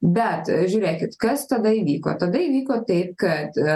bet žiūrėkit kas tada įvyko tada įvyko tai kad